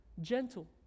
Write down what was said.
gentle